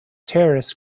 terrorist